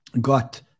got